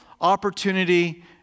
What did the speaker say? opportunity